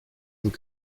vous